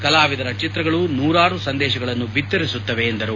ಕಲಾವಿದರ ಚಿತ್ರಗಳು ನೂರಾರು ಸಂದೇಶಗಳನ್ನು ಬಿತ್ತರಿಸುತ್ತಿವೆ ಎಂದರು